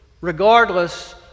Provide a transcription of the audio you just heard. Regardless